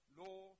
law